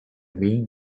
mean